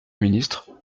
ministre